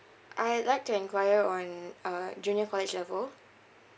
I'd like to enquire on uh junior college level